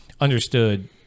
understood